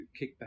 kickback